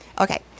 Okay